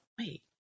wait